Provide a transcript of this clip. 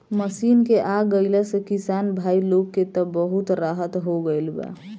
machine के आ गईला से किसान भाई लोग के त बहुत राहत हो गईल बा